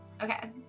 Okay